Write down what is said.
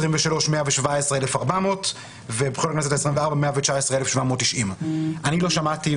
לכנסת ה-23 117,400 ובבחירות לכנסת ה-24 119,790. אני לא שמעתי,